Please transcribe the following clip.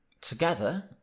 Together